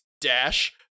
Dash